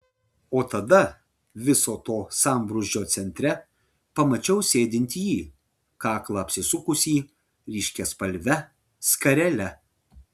o tada viso to sambrūzdžio centre pamačiau sėdint jį kaklą apsisukusį ryškiaspalve skarele